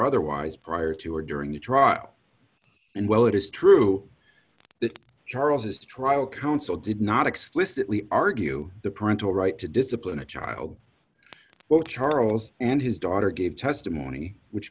otherwise prior to or during the trial and while it is true that charles's trial counsel did not explicitly argue the parental right to discipline a child but charles and his daughter gave testimony which